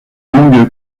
longue